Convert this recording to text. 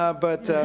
ah but